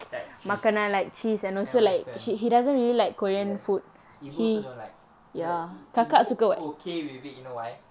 like cheese I don't understand yes ibu also don't like but ibu okay with it you know why